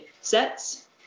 sets